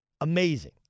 Amazing